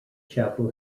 chapel